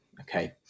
Okay